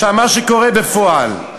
מה שקורה בפועל,